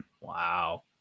Wow